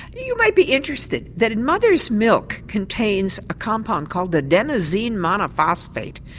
you might be interested that in mother's milk contains a compound called the adenosine monophosphate.